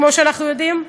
כמו שאנחנו יודעים.